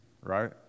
right